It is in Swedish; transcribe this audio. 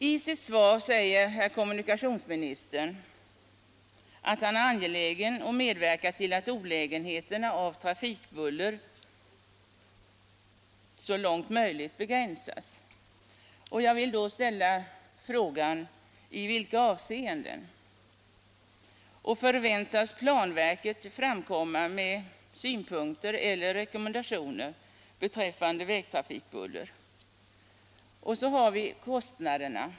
I sitt svar sade kommunikationsministern att han är ”angelägen att medverka till att olägenheterna av trafikbuller så långt möjligt begränsas”. Jag vill då fråga: I vilka avseenden? Förväntas planverket framkomma med synpunkter eller rekommendationer beträffande vägtrafikbuller? Så har vi kostnaderna.